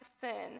sin